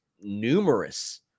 numerous